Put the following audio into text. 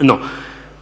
No